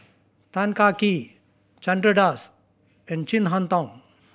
Tan Kah Kee Chandra Das and Chin Harn Tong